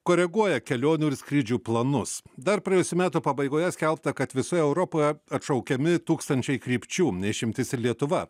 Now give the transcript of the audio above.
koreguoja kelionių ir skrydžių planus dar praėjusių metų pabaigoje skelbta kad visoje europoje atšaukiami tūkstančiai krypčių ne išimtis ir lietuva